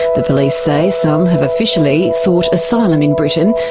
the police say some have officially sought asylum in britain.